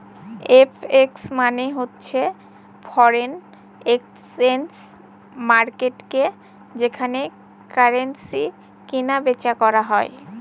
FX মানে হচ্ছে foreign exchange মার্কেটকে যেখানে কারেন্সি কিনা বেচা করা হয়